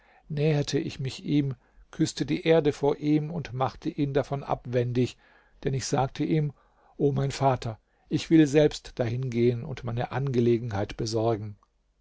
näherte ich mich ihm küßte die erde vor ihm und machte ihn davon abwendig denn ich sagte ihm o mein vater ich will selbst dahin gehen und meine angelegenheit besorgen